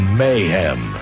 mayhem